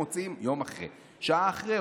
שעה אחרי,